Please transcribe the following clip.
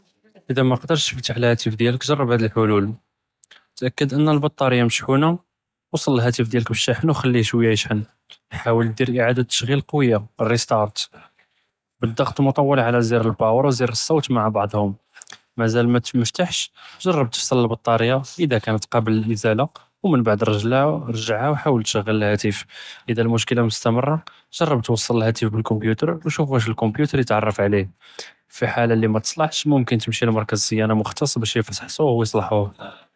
אלא מקדרتش תפתח אלהאתף דיאלכ ג׳רב האד אלחלול, תאַכּד אנה אלבּטאריה משח׳ונה, אוּצַל אלהאתף דיאלכ ב־אלשׁאחֵן ו חְליה שוי ישח׳ן, חאוול דיר אִעדה תשע׳יל קויה re-start, בּאלד׳עט אלמוטול עלא זְר אלבּאור ו זְר א־סות מע בעדהם, מאזאל מא תפתחש ג׳רב תפצל אלבּטאריה אלא אכּנת קאבלה ל־אלאִזאלה ו מן בעד רג׳עהא ו חאוול תשע׳ל אלהאתף, אלא אלמשכּלה מסתמרה ג׳רב תוצַל אלהאתף ב־אלכּומפיוטר ו תשוף ואש אלכּומפיוטר יתערף עליה, פי חאלת לא מתצלחש מומכן תמשי למרכּז צִיאנה מֻכתץ באש יפחצוה ו יצלחוה.